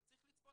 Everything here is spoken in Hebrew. אתה צריך לצפות